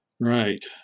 Right